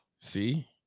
See